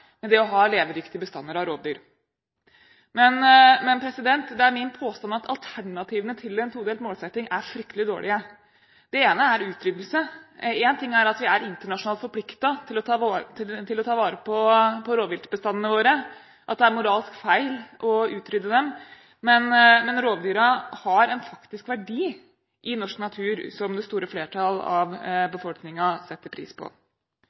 det å ha levedyktige bestander av rovdyr. Men det er min påstand at alternativene til en todelt målsetting er fryktelig dårlige. Det ene er utryddelse. Én ting er at vi er internasjonalt forpliktet til å ta vare på rovviltbestandene våre, at det er moralsk feil å utrydde dem. Men rovdyra har en faktisk verdi i norsk natur som det store flertall av befolkningen setter pris på.